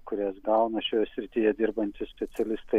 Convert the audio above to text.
kurias gauna šioje srityje dirbantys specialistai